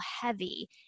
heavy